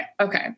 Okay